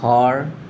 ঘৰ